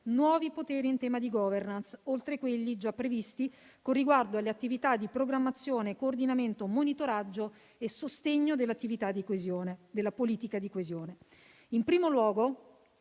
nuovi poteri in tema di *governance*, oltre quelli già previsti con riguardo all'attività di programmazione, coordinamento, monitoraggio e sostegno della politica di coesione. In primo luogo,